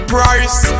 Price